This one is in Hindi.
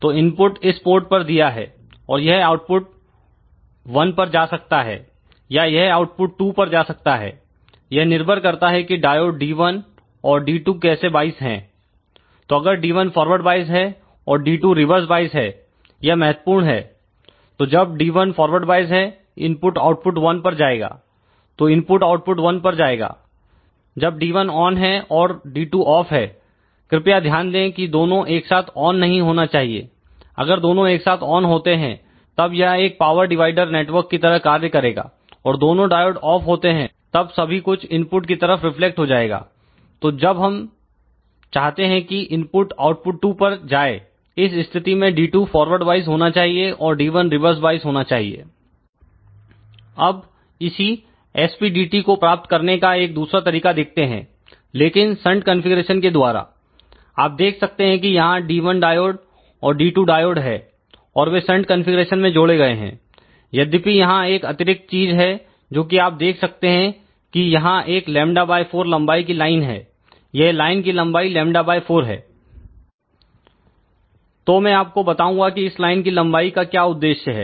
तो इनपुट इस पोर्ट पर दिया है और यह आउटपुट 1 पर जा सकता है या यह आउटपुट 2 पर जा सकता है यह निर्भर करता है कि डायोड D1 और D2 कैसे वॉइस हैं तो अगर D1 फारवर्ड वाइस है और D2 रिवर्स वॉइस है यह महत्वपूर्ण है तो जब D1 फॉरवर्ड वाइस है इनपुट आउटपुट 1 पर जाएगा तो इनपुट आउटपुट 1 पर जाएगा जब D1 ऑन है और D2 ऑफ है कृपया ध्यान दें कि दोनों एक साथ ऑन नहीं होना चाहिए अगर दोनों एक साथ ऑन होते हैं तब यह एक पावर डिवाइडर नेटवर्क की तरह कार्य करेगा और दोनों डायोड ऑफ होते हैं तब सभी कुछ इनपुट की तरफ रिफ्लेक्ट हो जाएगा तो जब हम चाहते हैं कि इनपुट आउटपुट 2 पर जाए इस स्थिति में D2 फॉरवर्ड वॉइस होना चाहिए और D1 रिवर्स वॉइस होना चाहिए अब इसी SPDT को प्राप्त करने का एक दूसरा तरीका देखते हैं लेकिन संट कॉन्फ़िगरेशन के द्वारा आप देख सकते हैं कि यहां D1 डायोड और D2 डायोड है और वे संट कॉन्फ़िगरेशन में जोड़े गए हैं यद्यपि यहां एक अतिरिक्त चीज है जो कि आप देख सकते हैं कि यहां एक λ4 लंबाई की लाइन है यह लाइन की लंबाई λ4 है तो मैं आपको बताऊंगा कि इस लाइन की लंबाई का क्या उद्देश है